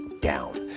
down